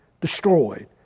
destroyed